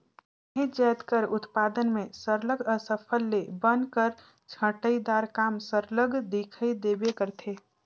काहींच जाएत कर उत्पादन में सरलग अफसल ले बन कर छंटई दार काम सरलग दिखई देबे करथे